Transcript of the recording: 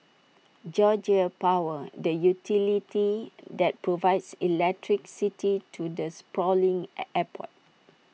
Georgia power the utility that provides electricity to the sprawling airport